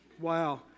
Wow